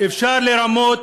אפשר לרמות